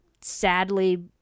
sadly